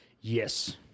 Yes